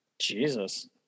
Jesus